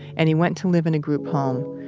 and he went to live in a group home.